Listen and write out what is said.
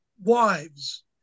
wives